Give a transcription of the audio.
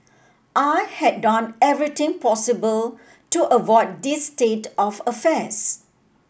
I had done everything possible to avoid this state of affairs